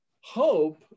hope